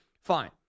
Fine